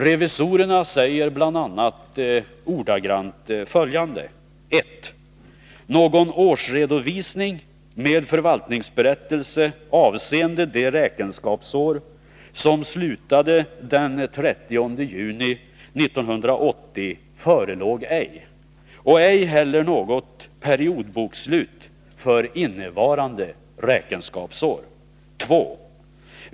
Revisorerna säger bl.a. ordagrant följande: 2.